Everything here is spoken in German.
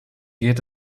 geht